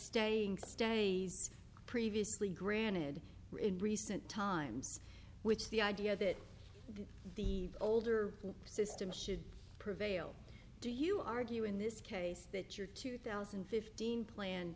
staying steady previously granted in recent times which the idea that the older system should prevail do you argue in this case that your two thousand and fifteen plan